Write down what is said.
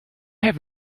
have